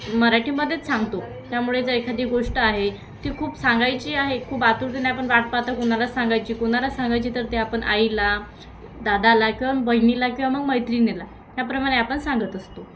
मराठीमध्येच सांगतो त्यामुळे जर एखादी गोष्ट आहे ती खूप सांगायची आहे खूप आतुरतेने आपण वाट पाहत कुणाला सांगायची कुणाला सांगायची तर ते आपण आईला दादाला किंवा मग बहिणीला किंवा मग मैत्रिणीला त्याप्रमाणे आपण सांगत असतो